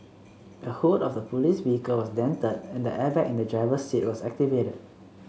the hood of the police vehicle was dented and the airbag in the driver's seat was activated